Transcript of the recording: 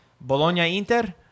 Bologna-Inter